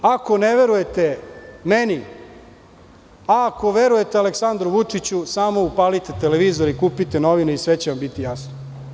Ako ne verujete meni, a ako verujete Aleksandru Vučiću, samo upalite televizor i kupite novine i sve će vam biti jasno.